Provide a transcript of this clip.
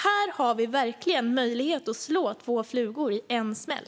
Här har vi verkligen möjlighet att slå två flugor i en smäll.